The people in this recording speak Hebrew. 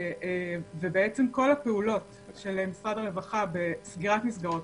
כל הפעולות של משרד הרווחה בסגירת מסגרות,